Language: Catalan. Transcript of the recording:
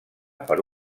per